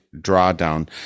drawdown